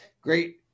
great